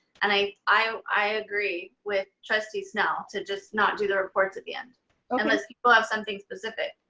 and i i agree with trustee snell to just not do the reports at the end unless we'll have something specific.